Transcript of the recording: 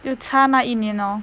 就差那一年哦